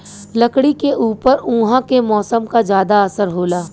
लकड़ी के ऊपर उहाँ के मौसम क जादा असर होला